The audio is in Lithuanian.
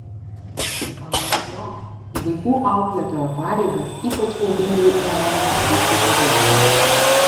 anot jo į vaikų auklėtojo pareigas ypač audringai reagavo vaikų tėvai